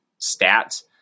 stats